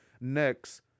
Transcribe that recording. next